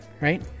right